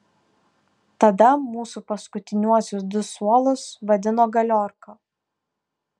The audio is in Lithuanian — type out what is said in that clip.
tada mūsų paskutiniuosius du suolus vadino galiorka